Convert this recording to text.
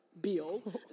bill